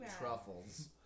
truffles